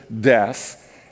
death